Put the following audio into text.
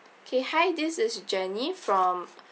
okay hi this is jenny from